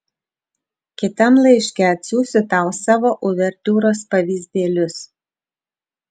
kitam laiške atsiųsiu tau savo uvertiūros pavyzdėlius